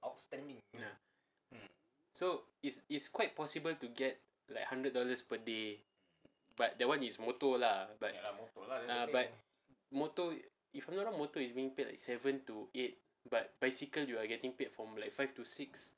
so it's it's quite possible to get like hundred dollars per day but that [one] is motor lah but ya lah but motor if I'm not wrong motor is being paid like seven to eight but bicycle you are getting paid from like five to six